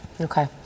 Okay